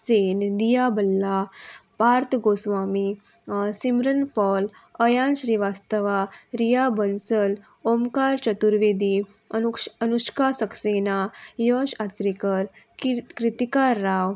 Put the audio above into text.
Sen Diya Balla Parth Goswami Simran Paul Ayan Srivastava Riya Bansal Omkar Chaturvedi अनुक्ष अनुष्का सक्सेना यश आचरेकर कीर क्रितिका राव